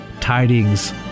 Tidings